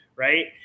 Right